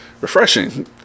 refreshing